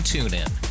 TuneIn